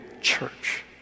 church